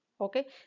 okay